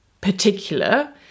particular